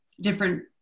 different